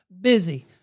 busy